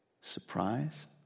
surprise